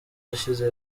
yasize